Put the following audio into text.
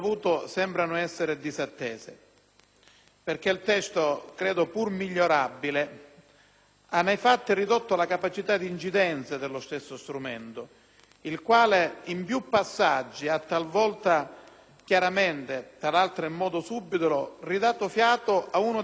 Il testo, pur migliorabile, ha nei fatti ridotto la capacità di incidenza dello stesso strumento, il quale in più passaggi, talvolta chiaramente e talvolta in modo subdolo, ha ridato fiato a uno dei mali peggiori della nostra politica.